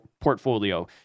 portfolio